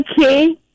Okay